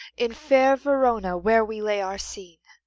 in fair verona, where we lay our scene,